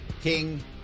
King